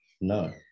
no